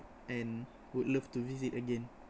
and would love to visit again